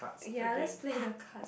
okay I'll just play the cards